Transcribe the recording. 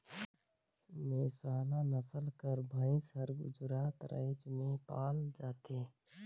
मेहसाला नसल कर भंइस हर गुजरात राएज में पाल जाथे